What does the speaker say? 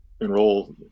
enroll